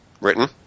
written